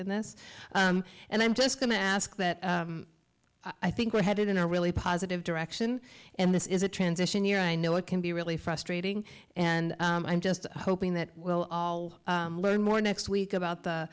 in this and i'm just going to ask that i think we're headed in a really positive direction and this is a transition year i know it can be really frustrating and i'm just hoping that we'll all learn more next week about the